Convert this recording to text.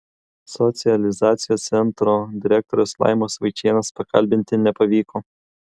socializacijos centro direktorės laimos vaičienės pakalbinti nepavyko